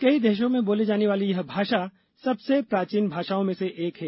कई देशों में बोली जाने वाली यह भाषा सबसे प्राचीन भाषाओं में से एक है